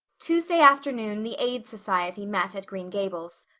tuesday afternoon the aid society met at green gables.